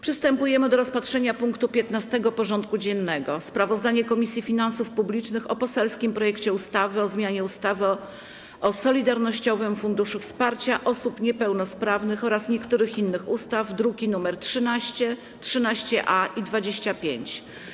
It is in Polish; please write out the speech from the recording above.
Przystępujemy do rozpatrzenia punktu 15. porządku dziennego: Sprawozdanie Komisji Finansów Publicznych o poselskim projekcie ustawy o zmianie ustawy o Solidarnościowym Funduszu Wsparcia Osób Niepełnosprawnych oraz niektórych innych ustaw (druki nr 13, 13-A i 25)